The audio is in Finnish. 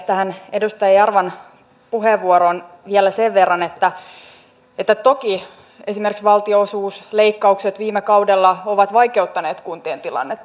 tähän edustaja jarvan puheenvuoroon vielä sen verran että toki esimerkiksi valtionosuusleikkaukset viime kaudella ovat vaikeuttaneet kuntien tilannetta